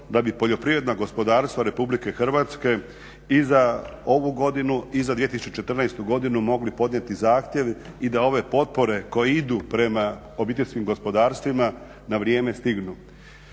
da bi poljoprivredna gospodarstva Republike Hrvatske i za ovu godinu i za 2014. godinu mogli podnijeti zahtjev. I da ove potpore koje idu prema obiteljskim gospodarstvima na vrijeme stignu.